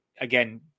again